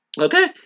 Okay